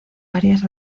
varias